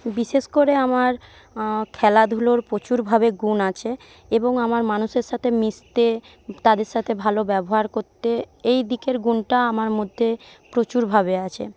বিশেষ করে আমার খেলাধুলোর প্রচুরভাবে গুণ আছে এবং আমার মানুষের সাথে মিশতে তাদের সাথে ভালো ব্যবহার করতে এইদিকের গুণটা আমার মধ্যে প্রচুরভাবে আছে